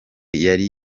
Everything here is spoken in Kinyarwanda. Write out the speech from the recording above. yari